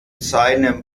seinem